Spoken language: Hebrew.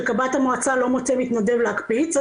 שקב"ט המועצה לא מוצא מתנדב להקפיץ,